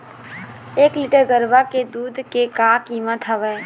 एक लीटर गरवा के दूध के का कीमत हवए?